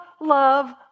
love